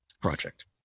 project